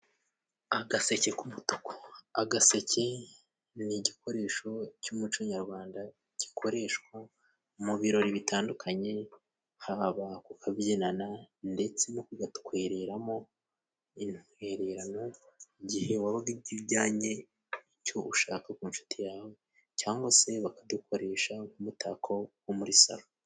Agaseke k'umutuku, agaseke ni igikoresho cy'umuco nyarwanda. Gikoreshwa mu ibirori bitandukanye, haba kukabyinana ndetse no kugatwereramo intwererano, igihe wabaga ujyanye icyo ushaka ku nshuti yawe. Cyangwa se bakadukoresha nk'umutako wo muri salo.